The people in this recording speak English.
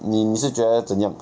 你是觉得怎样